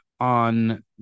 on